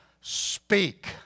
speak